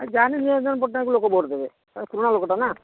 ଯାହା ହେନେ ନିରଞ୍ଜନ ପଟ୍ଟନାୟକ କୁ ଲୋକ ଭୋଟ୍ ଦେବେ କାରଣ ପୁରୁଣା ଲୋକଟା ନା